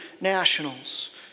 nationals